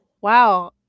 Wow